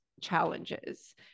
challenges